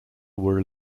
were